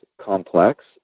complex